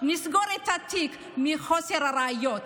נסגור את התיק מחוסר ראיות.